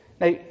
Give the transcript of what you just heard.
Now